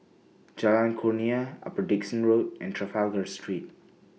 Jalan Kurnia Upper Dickson Road and Trafalgar Street